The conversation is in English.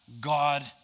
God